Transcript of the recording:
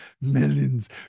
millions